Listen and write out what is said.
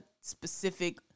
specific